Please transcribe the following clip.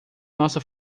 nossa